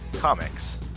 Comics